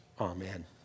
amen